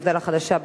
מפד"ל החדשה,